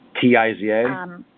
T-I-Z-A